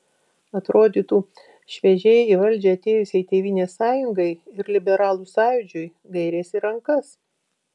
atrodytų šviežiai į valdžią atėjusiai tėvynės sąjungai ir liberalų sąjūdžiui gairės į rankas